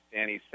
Danny